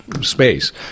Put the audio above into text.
space